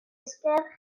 esker